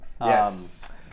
Yes